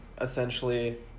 Essentially